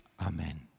Amen